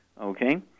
Okay